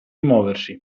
muoversi